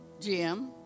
Jim